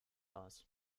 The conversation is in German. aus